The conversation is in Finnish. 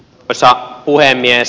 arvoisa puhemies